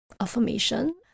affirmation